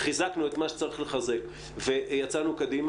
חיזקנו את מה שצריך לחזק ויצאנו קדימה,